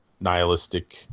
nihilistic